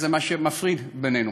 זה מה שמפריד בינינו: